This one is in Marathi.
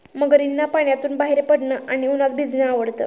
मगरींना पाण्यातून बाहेर पडणे आणि उन्हात भिजणे आवडते